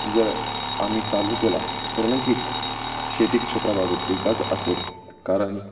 जर आम्ही चालू केला तर नक्कीच शेती क्षेत्राबाबतीचाच असेल कारण